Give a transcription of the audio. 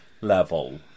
level